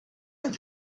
and